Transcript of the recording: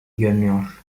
görünüyor